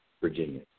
Virginia